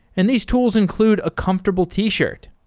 and these tools include a comfortable t-shirt.